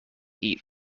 eat